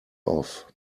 off